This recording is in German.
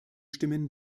stimmen